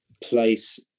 place